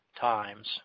times